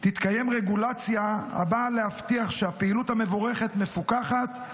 גיסא תתקיים רגולציה הבאה להבטיח שהפעילות המבורכת מפוקחת,